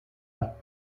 bas